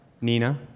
Nina